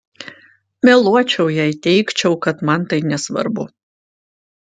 meluočiau jei teigčiau kad man tai nesvarbu